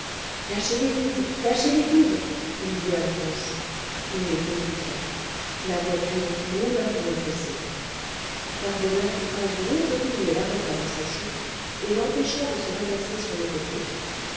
lâchez les guides lâchez les guides lui dit alphonse il n'était plus temps la voiture roula dans le fossé par bonheur un gros peuplier l'arrêta dans sa chute et l'empêcha de se renverser sur le côté